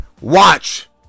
watch